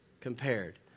compared